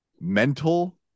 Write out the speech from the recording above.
mental